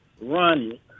run